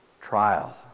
trial